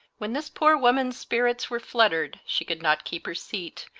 when this poor woman's spirits were fluttered she could not keep her seat,